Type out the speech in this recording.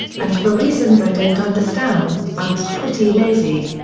and for reasons i don't understand, i was pretty lazy.